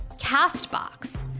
CastBox